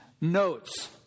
Notes